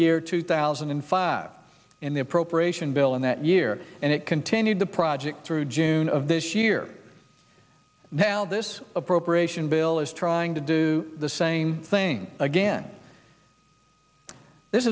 year two thousand and five in the appropriation bill in that year and it continued the project through june of this year now this appropriation bill is trying to do the same thing again this